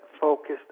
focused